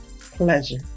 pleasure